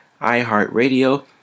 iheartradio